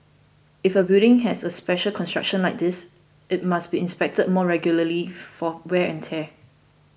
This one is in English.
if a building has a special construction like this it must be inspected more regularly for wear and tear